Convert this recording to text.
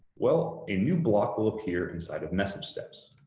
well, a new block will appear inside of message steps.